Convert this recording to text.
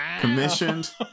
commissioned